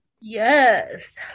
Yes